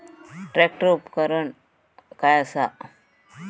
Tractor उपकरण काय असा?